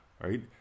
right